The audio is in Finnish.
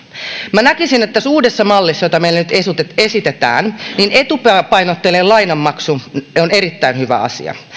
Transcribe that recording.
minä näkisin että tässä uudessa mallissa jota meille nyt esitetään etupainotteinen lainanmaksu on erittäin hyvä asia